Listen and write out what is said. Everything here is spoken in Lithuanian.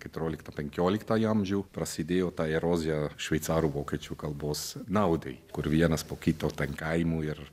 keturioliktam penkioliktam amžiui prasidėjo tą eroziją šveicarų vokiečių kalbos naudai kur vienas po kito ten kaimų ir